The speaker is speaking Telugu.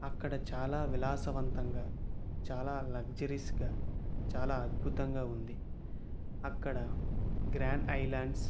అక్కడ చాలా విలాసవంతంగా చాలా లగ్జరీస్గా చాలా అద్భుతంగా ఉంది అక్కడ గ్రాన్ ఐలాండ్స్